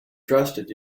trusted